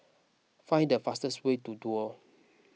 find the fastest way to Duo